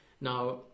now